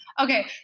Okay